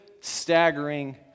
staggering